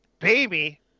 baby